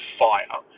fire